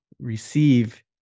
receive